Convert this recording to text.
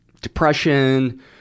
depression